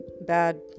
bad